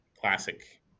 classic